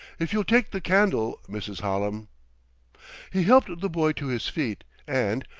if you'll take the candle, mrs. hallam he helped the boy to his feet and,